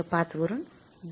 ५ वरून २